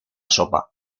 sopa